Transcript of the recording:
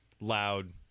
loud